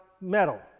metal